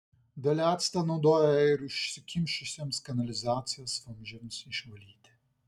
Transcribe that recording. dalia actą naudoja ir užsikimšusiems kanalizacijos vamzdžiams išvalyti